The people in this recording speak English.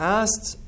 asked